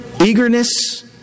eagerness